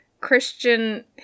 Christian